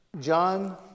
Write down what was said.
John